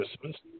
Christmas